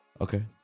Okay